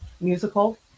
musical